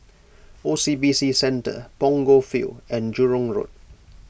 O C B C Centre Punggol Field and Jurong Road